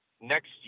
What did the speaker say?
next